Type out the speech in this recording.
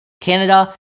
Canada